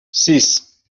sis